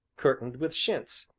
curtained with chintz,